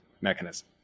mechanism